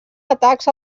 atacs